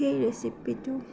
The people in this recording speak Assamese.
সেই ৰেচিপিটো